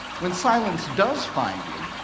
when silence does find you,